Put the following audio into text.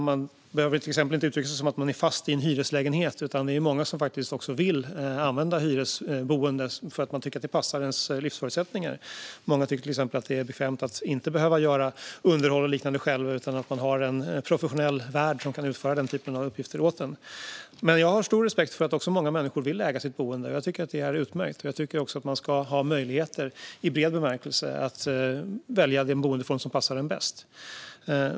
Man behöver till exempel inte uttrycka sig som att någon är "fast" i en hyreslägenhet; det är faktiskt många som vill hyra sitt boende. De tycker att det passar deras livsförutsättningar. Många tycker till exempel att det är bekvämt att inte behöva göra underhåll och liknande själva utan i stället ha en professionell värd som kan utföra den typen av uppgifter åt dem. Jag har dock stor respekt för att många människor också vill äga sitt boende. Jag tycker att det är utmärkt, och jag tycker att man ska ha möjlighet - i bred bemärkelse - att välja den boendeform som passar en bäst.